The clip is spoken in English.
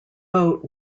boat